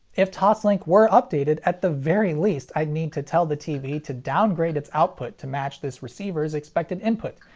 if toslink were updated, at the very least i'd need to tell the tv to downgrade its output to match this receiver's expected input,